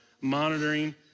monitoring